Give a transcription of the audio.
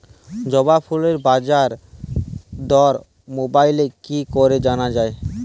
জবা ফুলের বাজার দর মোবাইলে কি করে জানা যায়?